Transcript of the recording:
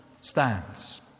stands